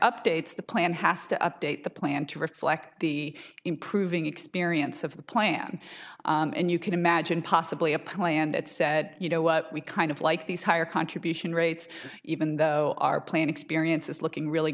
updates the plan has to update the plan to reflect the improving experience of the plan and you can imagine possibly a plan that said you know we kind of like these higher contribution rates even though our plan experience is looking really